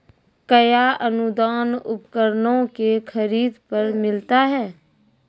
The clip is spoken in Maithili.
कया अनुदान उपकरणों के खरीद पर मिलता है?